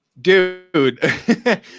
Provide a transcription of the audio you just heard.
Dude